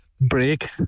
break